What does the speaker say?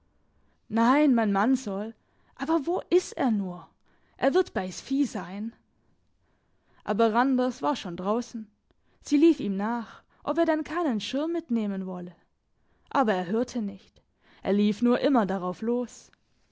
nein mein mann soll aber wo is er nur er wird bei's vieh sein aber randers war schon draussen sie lief ihm nach ob er denn keinen schirm mitnehmen wolle aber er hörte nicht er lief nur immer darauf los